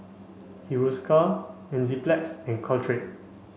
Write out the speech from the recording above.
Hiruscar Enzyplex and Caltrate